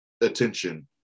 attention